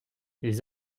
les